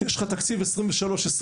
יש לך תקציב 23-24-25,